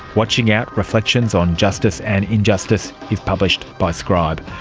watching out reflections on justice and injustice, is published by scribe.